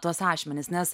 tuos ašmenis nes